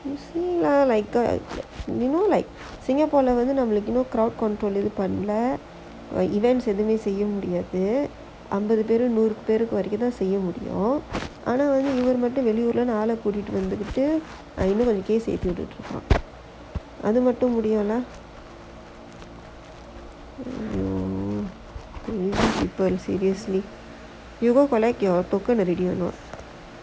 you see lah like you know like singapore வந்து நமக்கு:vanthu namakku crowd இது பண்ணால:ithu pannaala events எதுமே செய்ய முடியாது அம்பது பேரு நூறு பேரு வரைக்கும் தான் செய்ய முடியும் ஆனா இவரு மட்டும் வெளியூர்ல இருந்து ஆள கூட்டிட்டு வந்துட்டு இன்னும்:ethumae seyya mudiyaathu ambathu peru nooru peru varaikum thaan seyya mudiyum aanaa ivaru mattum veliyoorla irunthu aala koottitu vanthuttu innum case ஏத்தி உட்டுட்டு இருக்குறான் அது மட்டும் முடியும்னா:ethi uttuttu irukuraan athu mattum mudiyumnaa !aiyo! see all this people you go collect your token already or not